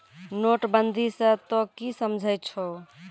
नोटबंदी स तों की समझै छौ